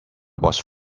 was